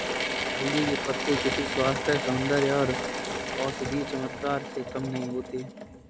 हल्दी के पत्ते किसी स्वास्थ्य, सौंदर्य और औषधीय चमत्कार से कम नहीं होते